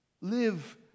Live